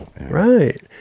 right